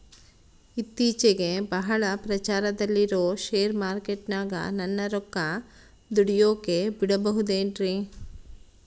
ಇತ್ತೇಚಿಗೆ ಬಹಳ ಪ್ರಚಾರದಲ್ಲಿರೋ ಶೇರ್ ಮಾರ್ಕೇಟಿನಾಗ ನನ್ನ ರೊಕ್ಕ ದುಡಿಯೋಕೆ ಬಿಡುಬಹುದೇನ್ರಿ?